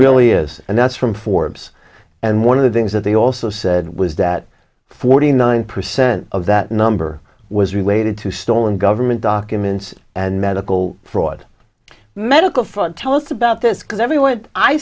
really is and that's from forbes and one of the things that they also said was that forty nine percent of that number was related to stolen government documents and medical fraud medical front tell us about this because every